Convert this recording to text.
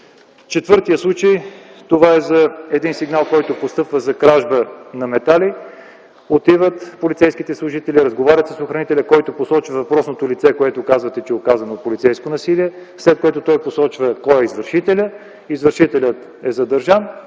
Четвъртият случай е по един сигнал, който постъпва, и е за кражба на метали. Полицейските служители отиват, разговарят с охранителя, който посочва въпросното лице, за което казвате, че е оказано полицейско насилие, след което той посочва кой е извършителят. Извършителят е задържан,